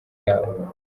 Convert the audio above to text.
yabo